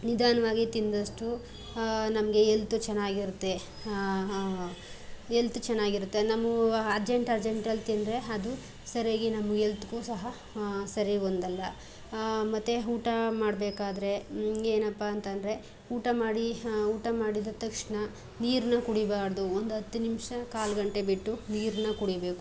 ನಿಧಾನವಾಗಿ ತಿಂದಷ್ಟು ಹ ನಮಗೆ ಎಲ್ತು ಚೆನ್ನಾಗಿರುತ್ತೆ ಹಾ ಹಾ ಎಲ್ತು ಚೆನ್ನಾಗಿರುತ್ತೆ ನಮ್ಮ ಅರ್ಜೆಂಟ್ ಅರ್ಜೆಂಟಲ್ಲಿ ತಿಂದರೆ ಅದು ಸರಿಯಾಗಿ ನಮ್ಮ ಎಲ್ತಿಗೂ ಸಹ ಸರಿಗೆ ಒಂದಲ್ಲ ಮತ್ತು ಊಟ ಮಾಡಬೇಕಾದ್ರೆ ಏನಪ್ಪ ಅಂತಂದ್ರೆ ಊಟ ಮಾಡಿ ಊಟ ಮಾಡಿದ ತಕ್ಷಣ ನೀರನ್ನ ಕುಡಿಬಾರದು ಒಂದು ಹತ್ತು ನಿಮಿಷ ಕಾಲು ಗಂಟೆ ಬಿಟ್ಟು ನೀರನ್ನ ಕುಡಿಬೇಕು